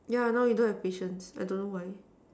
yeah now you do have patience I don't know why